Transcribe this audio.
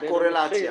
את הקורלציה.